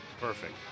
Perfect